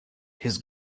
his